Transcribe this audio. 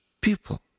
people